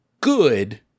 good